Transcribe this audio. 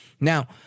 Now